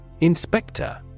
Inspector